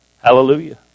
Hallelujah